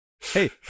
Hey